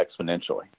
exponentially